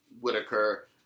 Whitaker